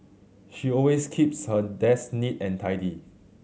she always keeps her desk neat and tidy